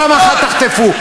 פעם אחת תחטפו.